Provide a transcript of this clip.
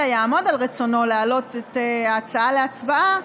יעמוד על רצונו להעלות את ההצעה להצבעה,